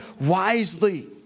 wisely